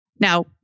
Now